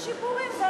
איזה שיפורים?